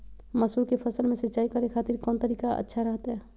मसूर के फसल में सिंचाई करे खातिर कौन तरीका अच्छा रहतय?